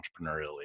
entrepreneurially